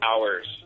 hours